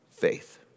faith